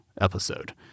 episode